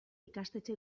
ikastetxe